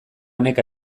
neka